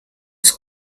was